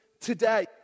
today